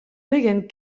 pegen